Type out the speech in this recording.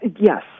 Yes